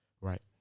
Right